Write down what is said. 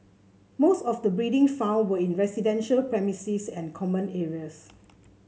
most of the breeding found were in residential premises and common areas